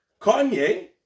Kanye